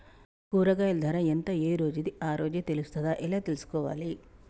కూరగాయలు ధర ఎంత ఏ రోజుది ఆ రోజే తెలుస్తదా ఎలా తెలుసుకోవాలి?